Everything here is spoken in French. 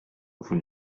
vous